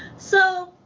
so,